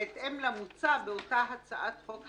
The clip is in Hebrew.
בהתאם למוצע באותה הצעת חוק,